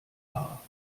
haar